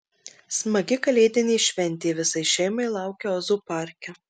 smagi kalėdinė šventė visai šeimai laukia ozo parke